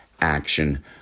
Action